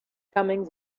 cummings